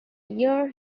year